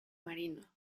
marino